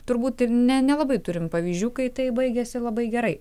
turbūt nelabai turime pavyzdžių kai tai baigiasi labai gerai